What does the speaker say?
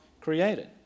created